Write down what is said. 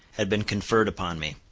had been conferred upon me.